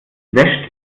wäscht